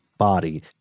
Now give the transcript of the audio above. body